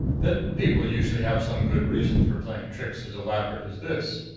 that people usually have some good reason for playing tricks as elaborate as this.